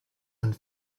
and